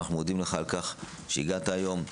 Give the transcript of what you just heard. אנחנו מודים לך שהגעת היום.